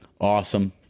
awesome